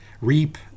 reap